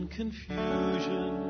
confusion